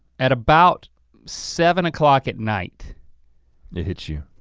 at about seven o'clock at night it hits you.